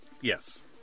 Yes